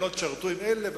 ולא תשרתו עם אלה,